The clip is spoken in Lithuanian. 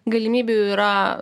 galimybių yra